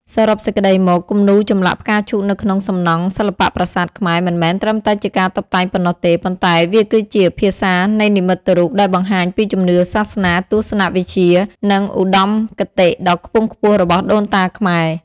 សរុបសេចក្តីមក គំនូរចម្លាក់ផ្កាឈូកនៅក្នុងសំណង់សិល្បៈប្រាសាទខ្មែរមិនមែនត្រឹមតែជាការតុបតែងប៉ុណ្ណោះទេ ប៉ុន្តែវាគឺជា ភាសានៃនិមិត្តរូបដែលបង្ហាញពីជំនឿ សាសនា ទស្សនវិជ្ជា និងឧត្តមគតិដ៏ខ្ពង់ខ្ពស់របស់ដូនតាខ្មែរ។